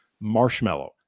marshmallow